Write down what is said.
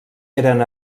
eren